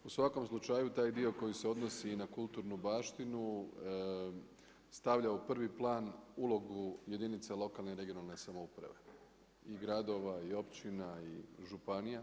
U svakom slučaju taj dio koji se odnosi i na kulturnu baštinu stavlja u prvi plan ulogu jedinice lokalne i regionalne samouprave i gradova i općina i županija.